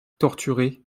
torturé